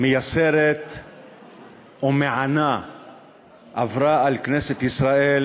מייסרת ומענה עברה על כנסת ישראל